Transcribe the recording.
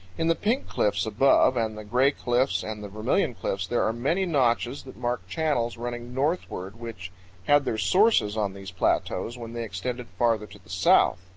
in the pink cliffs above and the gray cliffs and the vermilion cliffs, there are many notches that mark channels running northward which had their sources on these plateaus when they extended farther to the south.